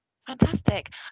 Fantastic